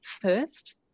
first